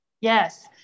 Yes